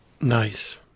Nice